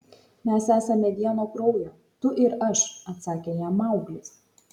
mes esame vieno kraujo tu ir aš atsakė jam mauglis